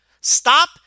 Stop